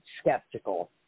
skeptical